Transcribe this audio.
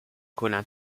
colin